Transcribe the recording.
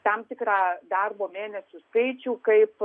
tam tikra darbo mėnesių skaičių kaip